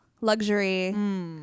luxury